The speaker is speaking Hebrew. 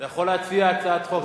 אתה יכול להציע הצעת חוק,